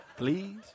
please